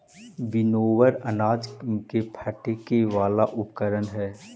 winnower अनाज के फटके वाला उपकरण हई